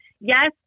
yes